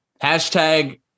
Hashtag